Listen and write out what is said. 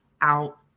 out